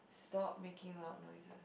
stop making loud noises